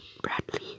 Bradley